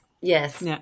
yes